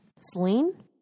Celine